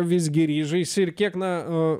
visgi ryžaisi ir kiek na o